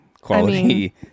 Quality